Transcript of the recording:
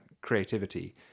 creativity